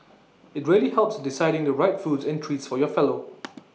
IT really helps in deciding the right foods and treats for your fellow